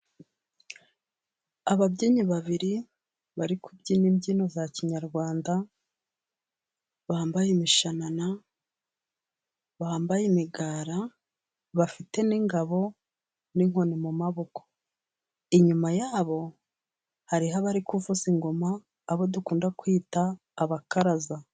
Ababyinnyi babiri bari kubyina imbyino za kinyarwanda, bambaye imishanana, bambaye imigara, bafite n'ingabo, n'inkoni mu maboko. Inyuma ya bo hari abari kuvuza ingoma; abo dukunda kwita abakaraza.